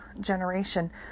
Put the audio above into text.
generation